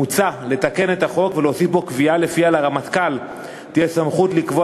מוצע לתקן את החוק ולהוסיף בו קביעה שלפיה לרמטכ"ל תהיה סמכות לקבוע